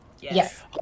Yes